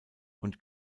und